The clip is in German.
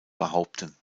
behaupten